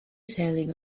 sailing